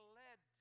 led